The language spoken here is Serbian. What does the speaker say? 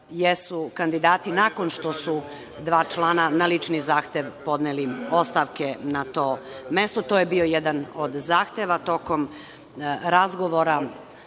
jesu kandidati nakon što su dva člana na lični zahtev podneli ostavke na to mesto. To je bio jedan od zahteva tokom razgovora